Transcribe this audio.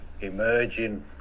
emerging